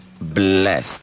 blessed